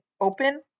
open